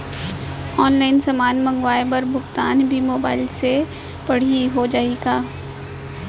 Online समान मंगवाय बर भुगतान भी मोबाइल से पड़ही हो जाही का?